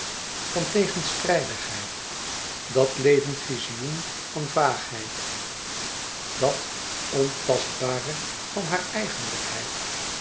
van tegenstrijdigheid dat levend vizioen van vaagheid dat ongrijpbare in haar dat ontastbare van hare eigenlijkheid